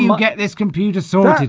um get this computer sorted